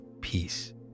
peace